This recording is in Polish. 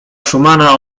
szumana